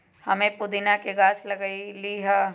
हम्मे पुदीना के गाछ लगईली है